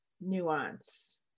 nuance